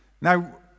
Now